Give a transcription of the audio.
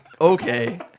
okay